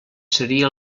seria